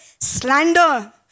slander